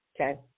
Okay